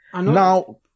Now